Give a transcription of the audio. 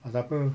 pasal apa